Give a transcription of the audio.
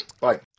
Bye